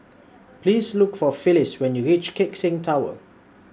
Please Look For Phylis when YOU REACH Keck Seng Tower